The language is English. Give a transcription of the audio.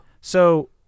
So-